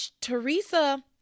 Teresa